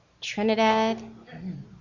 Trinidad